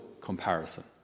comparison